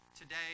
today